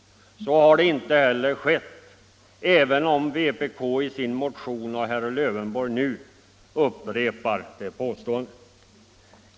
Så har inte heller skett — även om vpk i sin motion och nu herr Lövenborg upprepar det påståendet.